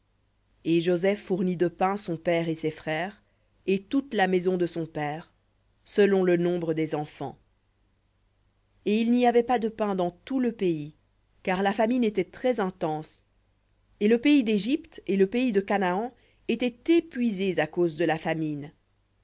et joseph fournit de pain son père et ses frères et toute la maison de son père selon le nombre des enfants et il n'y avait pas de pain dans tout le pays car la famine était très intense et le pays d'égypte et le pays de canaan étaient épuisés à cause de la famine